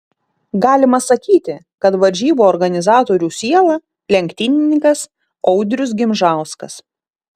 galima sakyti kad varžybų organizatorių siela lenktynininkas audrius gimžauskas